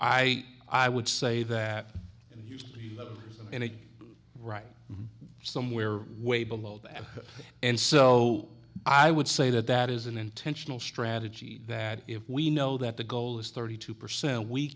i i would say that you and i right somewhere way below that and so i would say that that is an intentional strategy that if we know that the goal is thirty two percent we